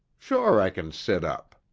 sure i can sit up.